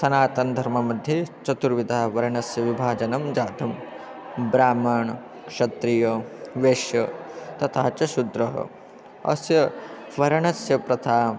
सनातनधर्ममध्ये चतुर्विधः वर्णस्य विभजनं जातं ब्राह्मणः क्षत्रियः वैश्यः तथा च शूद्रः अस्य वर्णस्य प्रथा